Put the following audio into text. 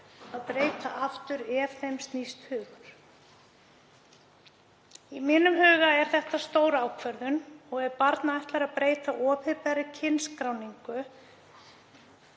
að breyta aftur ef þeim snerist hugur. Í mínum huga er þetta stór ákvörðun og ef barn ætlar að breyta opinberri kynskráningu